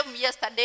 yesterday